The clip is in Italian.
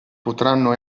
potranno